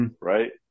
Right